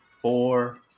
four